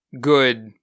good